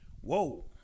whoa